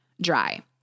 dry